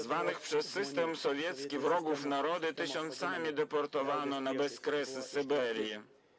Zwanych przez system sowiecki wrogami narodu tysiącami deportowano na bezkresy Syberii.